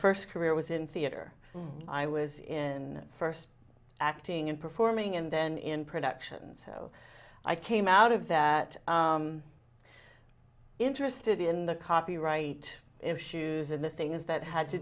first career was in theater i was in first acting and performing and then in productions so i came out of that interested in the copyright issues and the things that had to